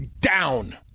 down